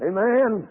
Amen